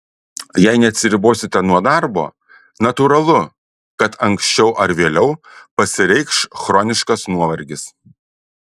jei neatsiribosite nuo darbo natūralu kad anksčiau ar vėliau pasireikš chroniškas nuovargis